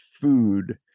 food